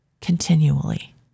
continually